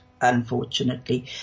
unfortunately